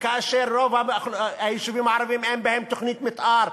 כאשר ברוב היישובים הערביים אין תוכנית מִתאר,